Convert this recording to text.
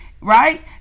right